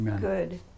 good